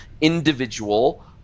individual